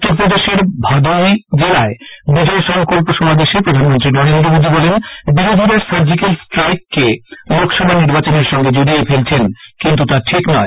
উত্তর প্রদেশের ভাদোহী জেলায় বিজয় সংকল্প সমাবেশে প্রধানমন্ত্রী নরেন্দ্র মোদী বলেন বিরোধীরা সার্জিক্যাল স্ট্রাইককে লোকসভা নির্বাচনের সঙ্গে জডিয়ে ফেলছেন কিন্তু তা ঠিক নয়